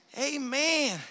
amen